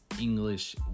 English